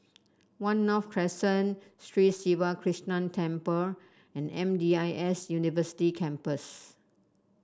One North Crescent Sri Siva Krishna Temple and M D I S University Campus